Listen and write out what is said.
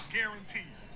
Guaranteed